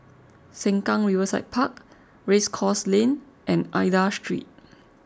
Sengkang Riverside Park Race Course Lane and Aida Street